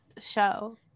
show